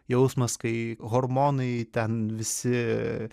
jausmas kai hormonai ten visi